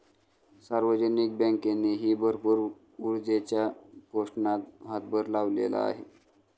सार्वजनिक बँकेनेही भरपूर ऊर्जेच्या पोषणात हातभार लावलेला आहे